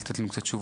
לתת לי תשובות,